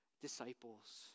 disciples